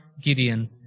Gideon